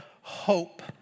hope